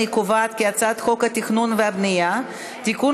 אני קובעת כי הצעת חוק התכנון והבנייה (תיקון,